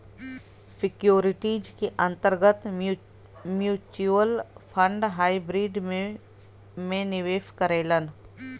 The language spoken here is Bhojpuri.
सिक्योरिटीज के अंतर्गत म्यूच्यूअल फण्ड हाइब्रिड में में निवेश करेलन